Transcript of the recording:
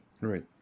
Right